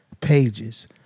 pages